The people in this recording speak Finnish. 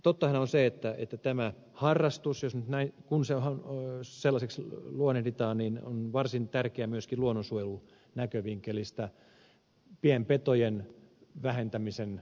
tottahan on se että tämä harrastus kun se sellaiseksi luonnehditaan on varsin tärkeä myöskin luonnonsuojelunäkövinkkelistä